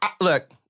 look